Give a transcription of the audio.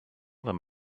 them